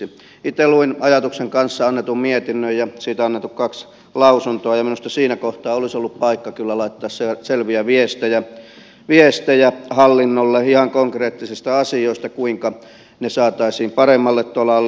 itse luin ajatuksen kanssa annetun mietinnön ja siitä annetut kaksi lausuntoa ja minusta siinä kohtaa olisi kyllä ollut paikka laittaa selviä viestejä hallinnolle ihan konkreettisista asioista kuinka ne saataisiin paremmalle tolalle